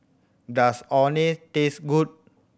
does Orh Nee taste good